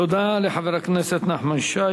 תודה לחבר הכנסת נחמן שי.